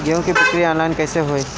गेहूं के बिक्री आनलाइन कइसे होई?